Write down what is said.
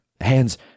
Hands